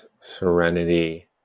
serenity